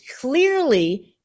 clearly